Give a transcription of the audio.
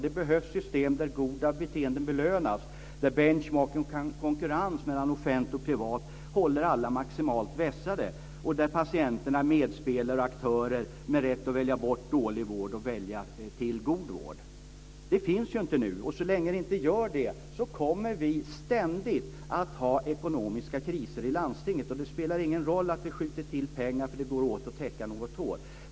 Det behövs system där goda beteenden belönas, där benchmarking och konkurrens mellan offentligt och privat håller alla maximalt vässade och där patienterna är medspelare och aktörer med rätt att välja bort dålig vård och välja till god vård. Det här finns inte nu, och så länge det inte gör det kommer vi ständigt att ha ekonomiska kriser i landstinget. Det spelar ingen roll att vi skjuter till pengar, för de går åt till att täcka något hål.